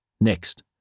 Next